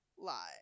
lie